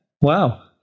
Wow